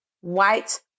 white